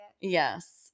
Yes